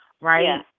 right